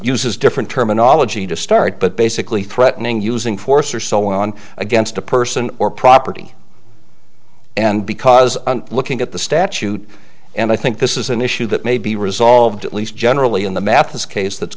uses different terminology to start but basically threatening using force or so on against a person or property and because looking at the statute and i think this is an issue that may be resolved at least generally in the math case that's